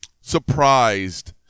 surprised